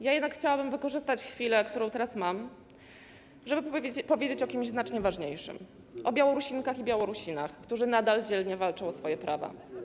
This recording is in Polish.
Ja jednak chciałabym wykorzystać chwilę, którą teraz mam, żeby powiedzieć o kimś znacznie ważniejszym - o Białorusinkach i Białorusinach, którzy nadal dzielnie walczą o swoje prawa.